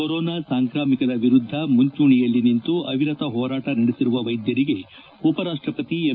corona ಸಾಂಕ್ರಾಮಿಕದ ವಿರುದ್ದ ಮುಂಚೂಣಿಯಲ್ಲಿ ನಿಂತು ಅವಿರತ ಹೋರಾಟ ನಡೆಸಿರುವ ವೈದ್ಯರಿಗೆ ಉಪರಾಷ್ಷಪತಿ ಎಂ